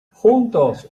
juntos